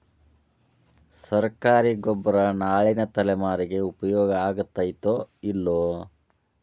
ಸರ್ಕಾರಿ ಗೊಬ್ಬರ ನಾಳಿನ ತಲೆಮಾರಿಗೆ ಉಪಯೋಗ ಆಗತೈತೋ, ಇಲ್ಲೋ?